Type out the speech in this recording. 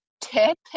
tip